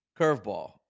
curveball